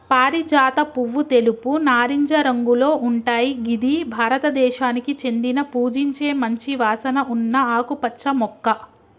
పారిజాత పువ్వు తెలుపు, నారింజ రంగులో ఉంటయ్ గిది భారతదేశానికి చెందిన పూజించే మంచి వాసన ఉన్న ఆకుపచ్చ మొక్క